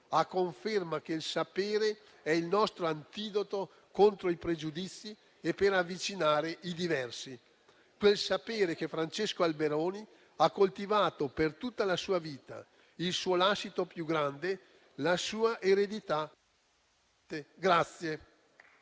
a conferma che il sapere è il nostro antidoto contro i pregiudizi e per avvicinare i diversi, quel sapere che Francesco Alberoni ha coltivato per tutta la sua vita: il suo lascito più grande, la sua eredità.